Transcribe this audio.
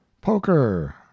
Poker